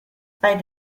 bei